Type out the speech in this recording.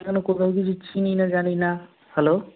এখানে কোথাও কিছু চিনি না জানি না হ্যালো